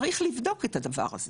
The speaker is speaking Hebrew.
צריך לבדוק את הדבר הזה.